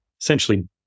essentially